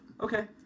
Okay